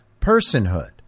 personhood